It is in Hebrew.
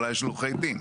אולי יש לו עורכי דין.